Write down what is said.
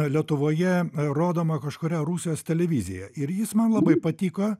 lietuvoje rodomą kažkurią rusijos televiziją ir jis man labai patiko